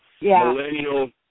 Millennial